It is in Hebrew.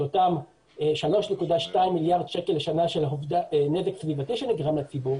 את אותם 3.2 מיליארד שקלים לשנה של נזק סביבתי שנגרם לציבור,